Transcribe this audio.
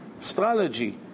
Astrology